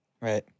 Right